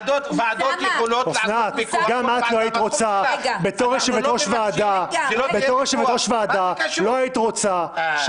אוסנת --- גם את לא היית רוצה בתור יושבת-ראש ועדה שהדברים